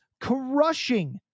crushing